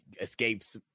escapes